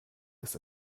ist